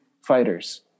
fighters